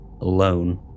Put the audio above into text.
alone